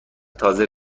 تازه